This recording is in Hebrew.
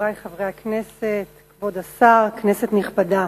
חברי חברי הכנסת, כבוד השר, כנסת נכבדה,